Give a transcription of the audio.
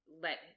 let